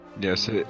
Yes